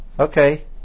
Okay